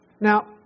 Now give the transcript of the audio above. now